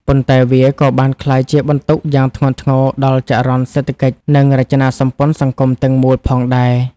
ប៉ុន្តែវាក៏បានក្លាយជាបន្ទុកយ៉ាងធ្ងន់ធ្ងរដល់ចរន្តសេដ្ឋកិច្ច និងរចនាសម្ព័ន្ធសង្គមទាំងមូលផងដែរ។